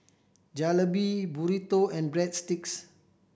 Jalebi Burrito and Breadsticks